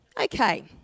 Okay